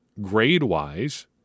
Grade-wise